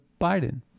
Biden